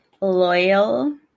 loyal